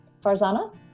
Farzana